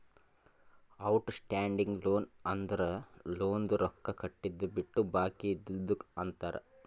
out standing loan ಅಂದುರ್ ಲೋನ್ದು ರೊಕ್ಕಾ ಕಟ್ಟಿದು ಬಿಟ್ಟು ಬಾಕಿ ಇದ್ದಿದುಕ್ ಅಂತಾರ್